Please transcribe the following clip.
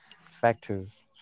factors